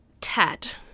Tat